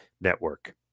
Network